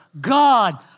God